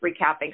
recapping